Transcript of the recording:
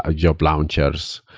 ah job launchers,